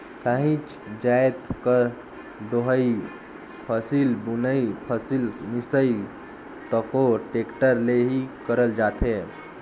काहीच जाएत कर डोहई, फसिल बुनई, फसिल मिसई तको टेक्टर ले ही करल जाथे